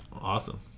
awesome